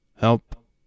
help